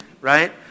right